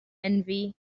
envy